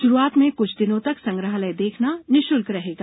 शुरूआत में कुछ दिनों तक संग्रहालय देखना निःशुल्क रहेगा